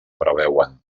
preveuen